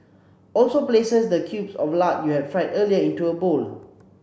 also places the cubes of lard you had fried earlier into a bowl